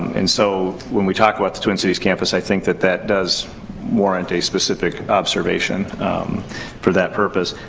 and so, when we talk about the twin cities campus, i think that that does warrant a specific observation for that purpose.